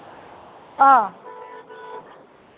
ꯑ